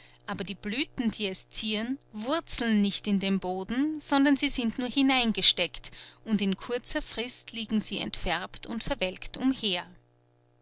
aber die blüthen die es zieren wurzeln nicht in dem boden sondern sie sind nur hineingesteckt und in kurzer frist liegen sie entfärbt und verwelkt umher